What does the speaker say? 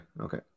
Okay